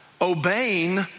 Obeying